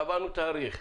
קבענו תאריך.